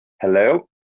hello